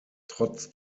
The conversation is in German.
trotz